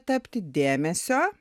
tapti dėmesio